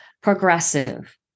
progressive